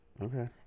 Okay